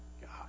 God